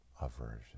aversion